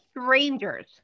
strangers